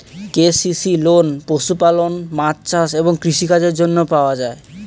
KCC loan পশুপালন, মাছ চাষ এবং কৃষি কাজের জন্য পাওয়া যায়